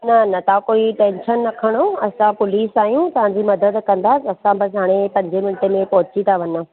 न न तव्हां कोई टेंशन न खणो असां पुलिस आहियूं तव्हांजी मदद कंदासीं असां बसि हाणे पंजें मिंटे में पहुची था वञूं